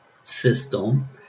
system